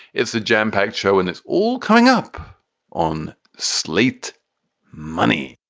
it's a jam packed show and it's all coming up on slate money.